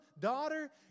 daughter